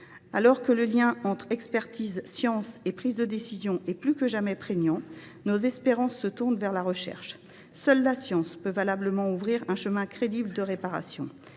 Alors que la relation entre expertise, science et prise de décision est plus que jamais prégnante, nos espérances se tournent vers la recherche. Seule la science peut valablement ouvrir un chemin crédible de réparation.